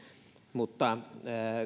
mutta